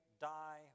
die